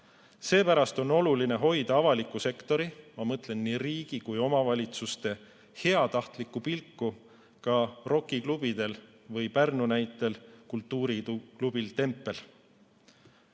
Seepärast on oluline hoida avaliku sektori, ma mõtlen nii riigi kui ka omavalitsuste heatahtlikku pilku rokiklubidel või Pärnu näitel kultuuriklubil Tempel.